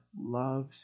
loves